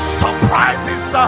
surprises